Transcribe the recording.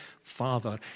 Father